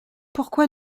pourquoi